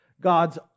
God's